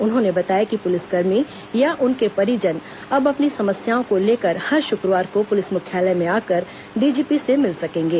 उन्होंने बताया कि पुलिसकर्मी या उनके परिजन अब अपनी समस्याओं को लेकर हर शुक्रवार को पुलिस मुख्यालय में आकर डीजीपी से मिल सकेंगे